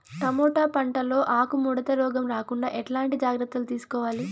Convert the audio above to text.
Tomato పంట లో ఆకు ముడత రోగం రాకుండా ఎట్లాంటి జాగ్రత్తలు తీసుకోవాలి?